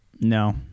no